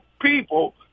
people